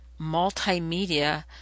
multimedia